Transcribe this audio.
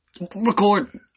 Record